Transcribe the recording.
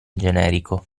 generico